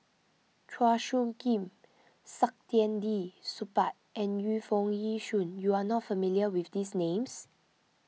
Chua Soo Khim Saktiandi Supaat and Yu Foo Yee Shoon you are not familiar with these names